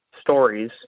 stories